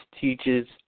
teaches